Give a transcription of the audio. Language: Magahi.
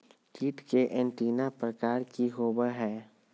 कीट के एंटीना प्रकार कि होवय हैय?